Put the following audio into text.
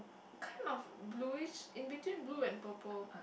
kind of bluish in between blue and purple